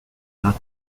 not